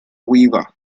weaver